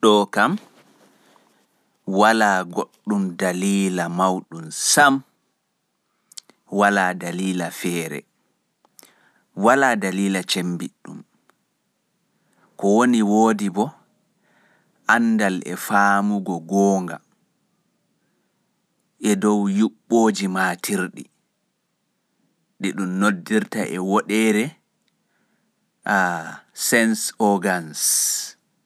Ɗoo kam walaa goɗɗum daliila mawɗum sam, walaa daliila feere, walaa daliila cemmbiɗɗum, ko woni woodi boo, anndal e faamugo goonga, e dow yuɓɓooji maatirɗi ɗi ɗum noddirta e Woɗeere, ah, sense organs.